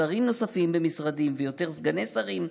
שרים נוספים במשרדים ויותר סגני שרים,